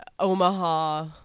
Omaha